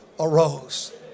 arose